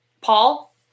paul